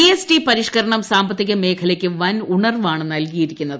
G S T പരിഷ്ക്കരണം സാമ്പത്തിക മേഖലയ്ക്ക് വൻ ഉണർവാണ് നൽകിയിരിക്കുന്നത്